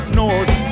north